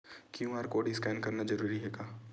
QR code scan करना जरूरी हे का?